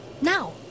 Now